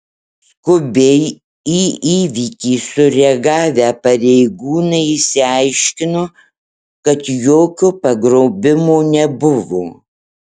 skubiai į įvykį sureagavę pareigūnai išsiaiškino kad jokio pagrobimo nebuvo